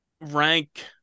rank